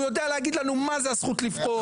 הוא יודע להגיד לנו מה זה הזכות לבחור,